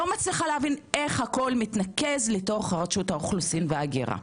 אני לא מצליחה להבין איך הכול מתנקז לתוך רשות האוכלוסין וההגירה.